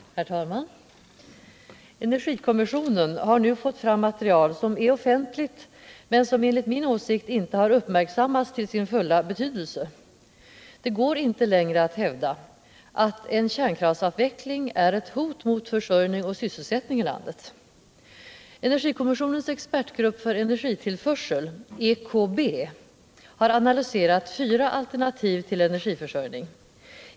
Herr talman! Energikommissionen, EK, har nu fått fram material som är offentliggjort men som enligt min åsikt inte uppmärksammats till sin fulla betydelse. Det går inte längre att hävda att en kärnkraftsavveckling är ett hot mot försörjning och sysselsättning i vårt land. Energikommissionens expertgrupp för energitillförsel, EKB, har analyserat fyra alternativ till energiförsörjning.